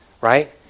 right